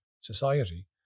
society